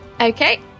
Okay